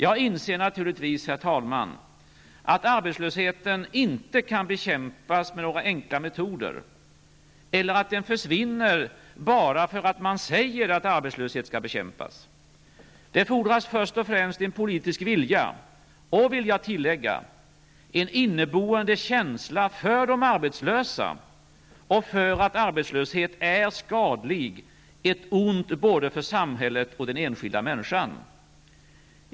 Jag inser naturligtvis att arbetslösheten inte kan bekämpas med några enkla metoder eller att den försvinner bara för att man säger att arbetslöshet skall bekämpas. Det fordras först och främst en politisk vilja och, vill jag tillägga, en inneboende känsla för de arbetslösa och för att arbetslöshet är skadlig, ett ont både för samhället och den enskilda människan.